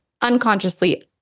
unconsciously